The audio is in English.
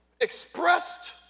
expressed